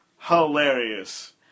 Hilarious